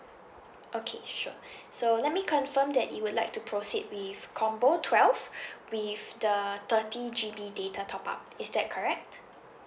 okay sure so let me confirm that you would like to proceed with combo twelve with the thirty G_B data top up is that correct